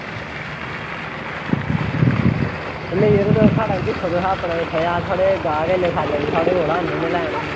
नेईं यरो तुस साढ़ा बी दिक्खो थुआढ़े दराड़ न नेईं तां थुआढ़े थोह्ड़े औंदे लैने गी